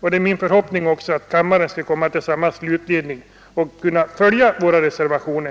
Det är min förhoppning att kammaren skall komma till samma slutsats och följa våra reservationer.